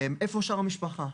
איפה שאר המשפחה?